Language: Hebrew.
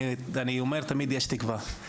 אני אומר שתמיד יש תקווה.